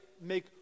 make